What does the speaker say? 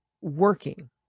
working